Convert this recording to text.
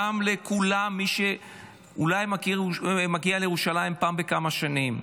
גם לכולם, מי שאולי מגיע לירושלים פעם בכמה שנים.